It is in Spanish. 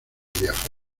viajó